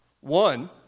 One